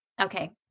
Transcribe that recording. Okay